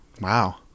Wow